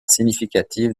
significative